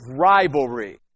rivalry